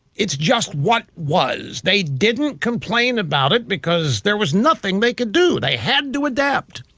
it's just what was. they didn't complain about it because there was nothing they could do. they had to adapt!